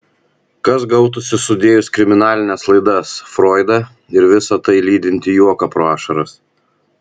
kas gautųsi sudėjus kriminalines laidas froidą ir visa tai lydintį juoką pro ašaras